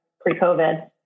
pre-COVID